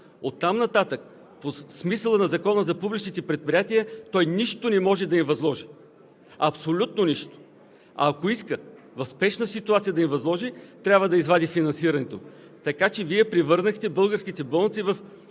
Оттам нататък по смисъла на Закона за публичните предприятия той нищо не може да им възложи. Абсолютно нищо! Ако иска в спешна ситуация да им възложи, трябва да извади финансирането. Така че Вие превърнахте българските болници